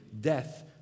death